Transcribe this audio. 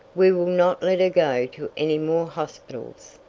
we will not let her go to any more hospitals.